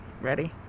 Ready